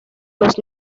los